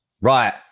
Right